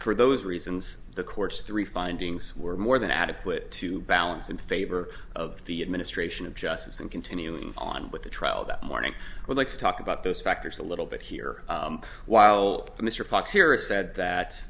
for those reasons the court's three findings were more than adequate to balance in favor of the administration of justice and continuing on with the trial that morning would like to talk about those factors a little bit here while mr fox here is said that